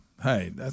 Hey